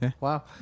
Wow